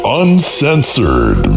uncensored